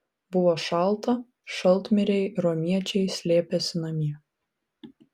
buvo šalta šaltmiriai romiečiai slėpėsi namie